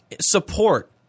support